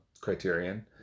Criterion